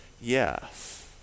yes